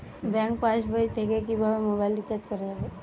Bank পাশবই থেকে কিভাবে মোবাইল রিচার্জ করা যাবে?